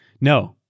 No